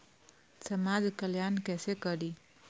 समाज कल्याण केसे करी?